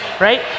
right